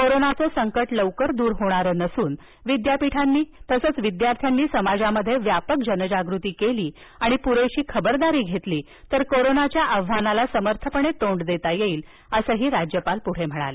कोरोनाचं संकट लवकर दूर होणारं नसून विद्यापीठांनी तसेच विद्यार्थ्यांनी समाजात व्यापक जनजागृती केली आणि पुरेशी खबरदारी घेतली तर कोरोनाच्या आव्हानाला समर्थपणे तोंड देता येईल असंही ते पुढे म्हणाले